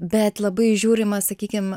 bet labai žiūrima sakykim